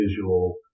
visual